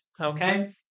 okay